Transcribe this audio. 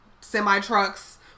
semi-trucks